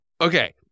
Okay